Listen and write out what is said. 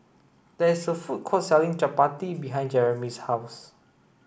there is a food court selling Chappati behind Jeremy's house